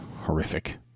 horrific